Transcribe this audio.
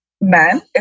man